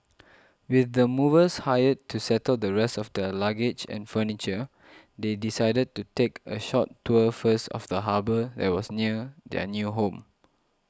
with the movers hired to settle the rest of their luggage and furniture they decided to take a short tour first of the harbour that was near their new home